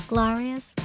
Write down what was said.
Glorious